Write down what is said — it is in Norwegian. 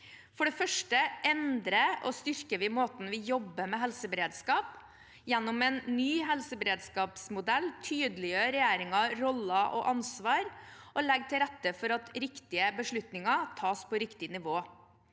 For det første endrer og styrker vi måten vi jobber med helseberedskap på. Gjennom en ny helseberedskapsmodell tydeliggjør regjeringen roller og ansvar og legger til rette for at riktige beslutninger tas på riktig nivå.